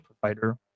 provider